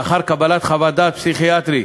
לאחר קבלת חוות דעת פסיכיאטרית,